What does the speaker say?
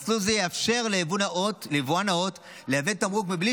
מסלול זה יאפשר ליבואן נאות לייבא תמרוק מבלי